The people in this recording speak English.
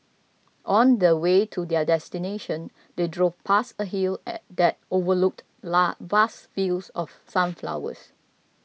on the way to their destination they drove past a hill that overlooked vast fields of sunflowers